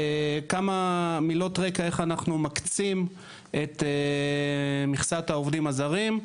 כמה מילות רקע איך אנחנו מקצים את מכסת העובדים הזרים.